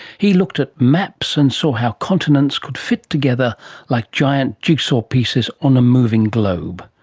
he looked at maps and saw how continents could fit together like giant jigsaw pieces on a moving globe.